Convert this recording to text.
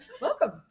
welcome